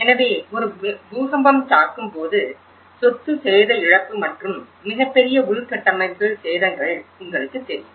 எனவே ஒரு பூகம்பம் தாக்கும் போது சொத்து சேத இழப்பு மற்றும் மிகப்பெரிய உள்கட்டமைப்பு சேதங்கள் உங்களுக்குத் தெரியும்